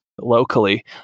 locally